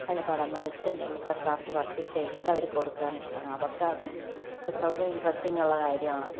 അതിൽ പടം വരച്ച് എന്തെങ്കിലും ഒക്കെ ക്രാഫ്റ്റ് വര്ക്ക് ചെയ്ത് അവർ കൊടുക്കുകയാണ് ഇഷ്ടം അവര്ക്ക് അതും ഒക്കെ വളരെ ഇന്ട്രസ്ട്ടിങ്ങുള്ള കാര്യമാണ് അത്